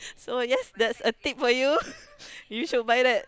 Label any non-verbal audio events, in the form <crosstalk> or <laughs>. so yes that's a tip for you <laughs> you should buy that